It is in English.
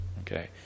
okay